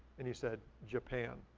and he said, japan.